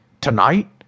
Tonight